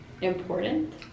important